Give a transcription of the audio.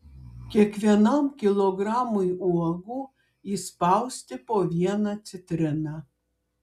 kiekvienam kilogramui uogų įspausti po vieną citriną